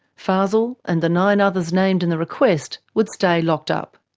fazel and the nine others named in the request would stay locked up.